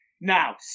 Now